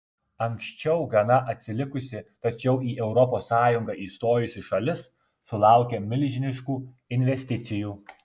anksčiau gana atsilikusi tačiau į europos sąjungą įstojusi šalis sulaukia milžiniškų investicijų